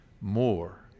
More